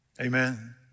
amen